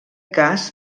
cas